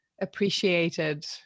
appreciated